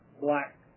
black